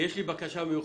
יש לי בקשה מיוחדת: